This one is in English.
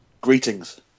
Greetings